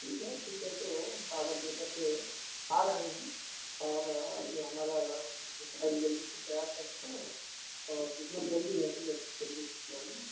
ठीक है ठीक है तो हम कागज लेकर के आ रहे हैं और ये हमारा ये फ़ाइल जल्दी से तैयार करके और जितना जल्दी हो सके उतना जल्दी से करवाइए